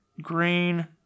Green